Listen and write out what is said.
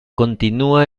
continua